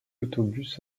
autobus